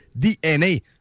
DNA